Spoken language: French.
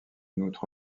outre